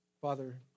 Father